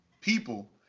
people